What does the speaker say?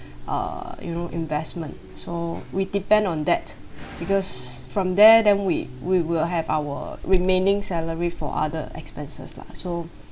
err you know investment so we depend on that because from there then we we will have our remaining salary for other expenses lah so